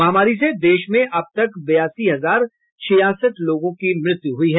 महामारी से देश में अब तक बयासी हजार छियासठ लोगों की मृत्यु हुई है